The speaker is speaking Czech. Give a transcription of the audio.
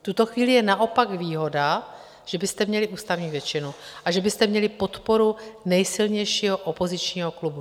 V tuto chvíli je naopak výhoda, že byste měli ústavní většinu a že byste měli podporu nejsilnějšího opozičního klubu.